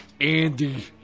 Andy